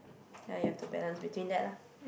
ya you have to balance between that lah